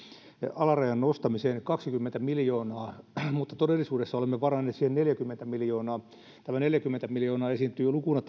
alarajan nostamiseen kaksikymmentä miljoonaa mutta todellisuudessa olemme varanneet siihen neljäkymmentä miljoonaa tämä neljäkymmentä miljoonaa esiintyy lukuna